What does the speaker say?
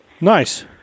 nice